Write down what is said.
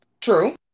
True